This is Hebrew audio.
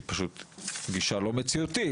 אבל היא גישה פשוט לא מציאותית,